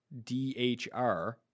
DHR